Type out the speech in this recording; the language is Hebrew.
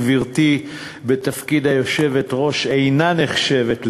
גברתי בתפקיד היושבת-ראש אינה נחשבת,